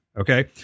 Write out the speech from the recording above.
Okay